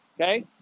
Okay